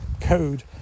code